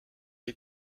est